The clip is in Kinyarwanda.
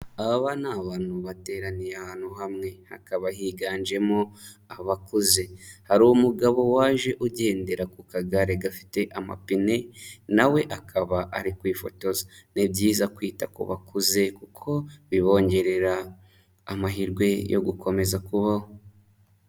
Aba ni abantu bateraniye ahantu hamwe hakaba higanjemo abakuze, hari umugabo waje ugendera ku kagare gafite amapine nawe akaba ari kwifotoza, ni byiza kwita ku bakuze kuko bibongerera amahirwe yo gukomeza kubaho.